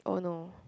oh no